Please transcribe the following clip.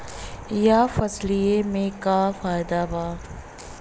यह फसलिया में का फायदा बा?